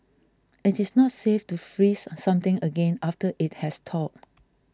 it is not safe to freeze something again after it has thawed